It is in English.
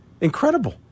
Incredible